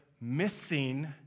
missing